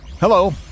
Hello